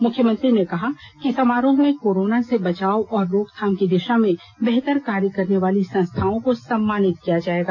मुख्यमंत्री ने कहा कि समारोह में कोरोना से बचाव और रोकथाम की दिशा में बेहतर कार्य करने वाले संस्थाओं को सम्मानित किया जाएगा